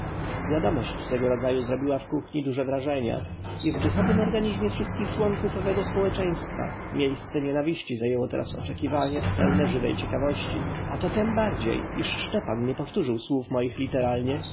wiadomość tego rodzaju zrobiła w kuchni duże wrażenie i w duchowym organizmie wszystkich członków owego społeczeństwa miejsce nienawiści zajęło teraz oczekiwanie pełne żywej ciekawości a to tembardziej iż szczepan nie powtórzył słów moich literalnie